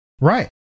Right